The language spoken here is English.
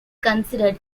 considered